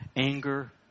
anger